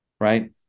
right